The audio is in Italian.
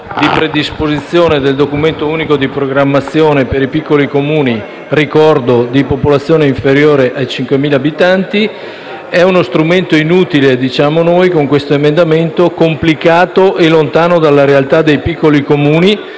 di predisposizione del documento unico di programmazione per i piccoli Comuni - ricordo di popolazione inferiore ai 5.000 abitanti - che è uno strumento inutile - come noi diciamo con questo emendamento - complicato e lontano dalla realtà dei piccoli Comuni.